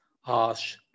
harsh